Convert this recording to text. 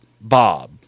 Bob